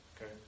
Okay